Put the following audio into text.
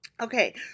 Okay